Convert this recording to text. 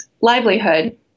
livelihood